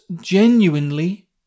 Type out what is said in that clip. genuinely